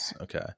Okay